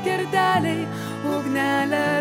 geldelėj ugnelę